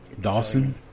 Dawson